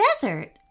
desert